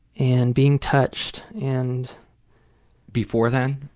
and being touched. and before then?